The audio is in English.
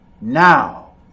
Now